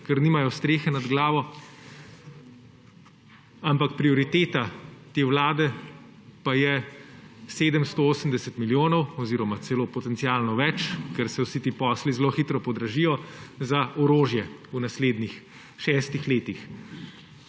ker nimajo strehe nad glavo; ampak prioriteta te vlade pa je 780 milijonov – oziroma potencialno celo več, ker se vsi ti posli zelo hitro podražijo – za orožje v naslednjih šestih letih.